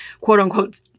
quote-unquote